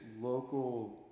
local